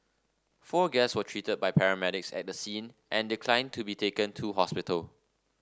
four guests were treated by paramedics at the scene and declined to be taken to hospital